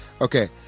Okay